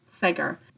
Figure